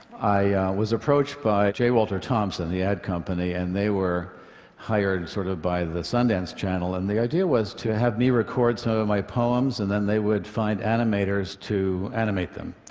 i was approached by j. walter thompson, the ad company, and they were hired sort of by the sundance channel. and the idea was to have me record some so of my poems and then they would find animators to animate them.